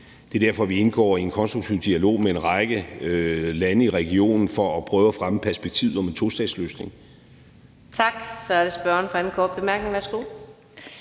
Det er derfor, vi indgår i en konstruktiv dialog med en række lande i regionen for at prøve at fremme perspektivet om en tostatsløsning.